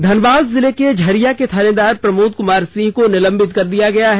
धनबाद जिले के झरिया के थानेदार प्रमोद कुमार सिंह को निलंबित कर दिया गया है